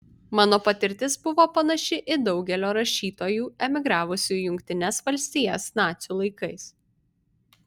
mano patirtis buvo panaši į daugelio rašytojų emigravusių į jungtines valstijas nacių laikais